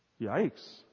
Yikes